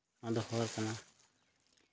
ᱱᱚᱣᱟ ᱫᱚ ᱦᱚᱨ ᱠᱟᱱᱟ